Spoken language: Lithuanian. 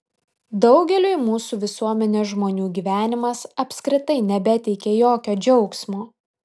daugeliui mūsų visuomenės žmonių gyvenimas apskritai nebeteikia jokio džiaugsmo